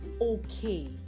okay